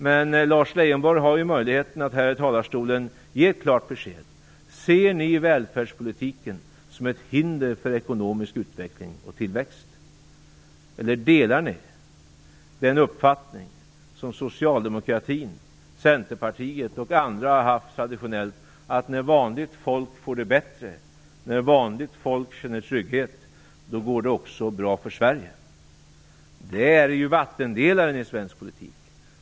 Men Lars Leijonborg har möjligheten att i talarstolen ge ett klart besked: Ser ni välfärdspolitiken som ett hinder för ekonomisk utveckling och tillväxt, eller delar ni den uppfattning som socialdemokaratin, Centerpartiet och andra traditionellt haft, att när vanligt folk får det bättre och känner trygghet, då går det också bra för Sverige? Det är vattendelaren i svensk politik.